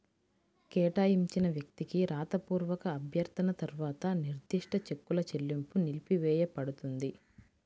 కేటాయించిన వ్యక్తికి రాతపూర్వక అభ్యర్థన తర్వాత నిర్దిష్ట చెక్కుల చెల్లింపు నిలిపివేయపడుతుంది